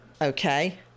Okay